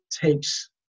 takes